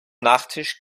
nachtisch